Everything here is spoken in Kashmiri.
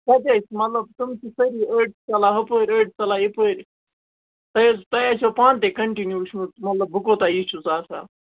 کَتہِ حظ مطلب تِم چھِ سٲری أڑۍ ژلان ہُپٲرۍ أڑۍ ژلان یُپٲرۍ تۄہہِ حظ توہہِ آسیو پانہٕ تہِ کَنٛٹِنیُو وُچھٕمُت مطلب بہٕ کوٗتاہ یہِ چھُس آسان